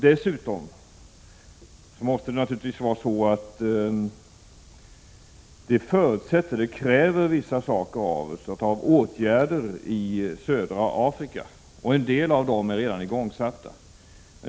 Dessutom måste det naturligtvis vara så, att det krävs av oss att vi genomför vissa åtgärder i södra Afrika, och en del av dem är redan igångsatta.